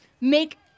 make